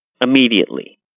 immediately